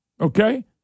okay